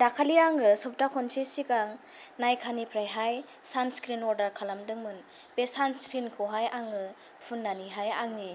दाखालि आङो सप्ता खनसे सिगां नायखानिफ्रायहाय सानस्क्रिन अर्दार खालामदोंमोन बे सानस्क्रिनखौहाय आङो फुन्नानैहाय आंनि